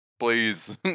Please